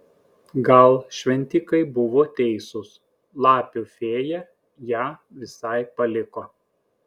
gal šventikai buvo teisūs lapių fėja ją visai paliko